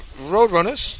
Roadrunners